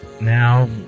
Now